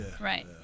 Right